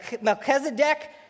Melchizedek